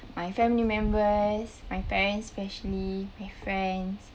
my family members my parents especially my friends